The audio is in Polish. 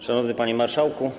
Szanowny Panie Marszałku!